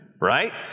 right